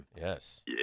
Yes